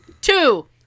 Two